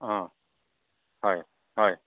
অঁ হয় হয়